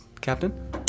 Captain